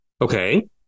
Okay